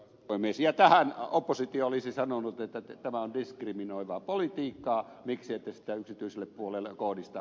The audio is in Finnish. ja tähän oppositio olisi sanonut että tämä on diskriminoivaa politiikkaa miksi ette sitä yksityiselle puolelle kohdista